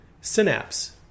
synapse